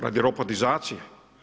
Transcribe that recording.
Radi robotizacije.